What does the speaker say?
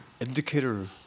indicator